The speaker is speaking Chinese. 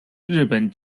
日本